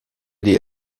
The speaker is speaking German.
die